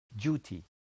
duty